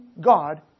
God